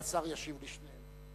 והשר ישיב לשניהם.